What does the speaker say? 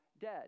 dead